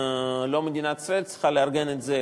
לא מדינת ישראל צריכה לארגן את זה,